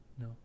No